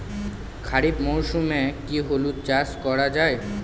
খরিফ মরশুমে কি হলুদ চাস করা য়ায়?